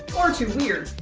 or too weird.